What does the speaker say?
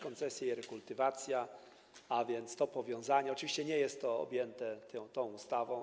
Koncesje i rekultywacja - to powiązanie oczywiście nie jest objęte tą ustawą.